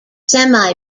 semi